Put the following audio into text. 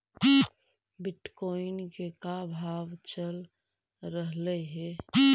Bitcoin के का भाव चल रहलई हे?